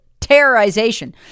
terrorization